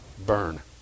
burn